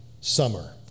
summer